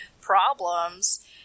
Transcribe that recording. problems